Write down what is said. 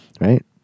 Right